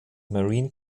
marine